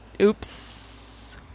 oops